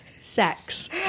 sex